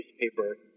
newspaper